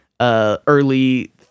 early